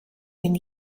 den